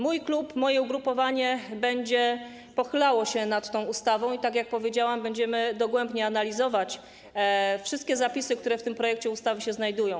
Mój klub, moje ugrupowanie, będzie pochylać się nad tą ustawą i tak jak powiedziałam, będziemy dogłębnie analizować wszystkie zapisy, które w tym projekcie ustawy się znajdują.